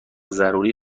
ضروری